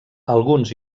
alguns